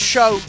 show